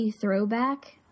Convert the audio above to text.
throwback